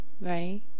Right